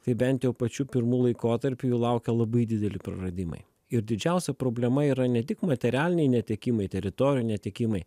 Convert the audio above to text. tai bent jau pačiu pirmu laikotarpiu jų laukia labai dideli praradimai ir didžiausia problema yra ne tik materialiniai netekimai teritorijų netekimai